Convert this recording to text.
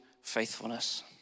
faithfulness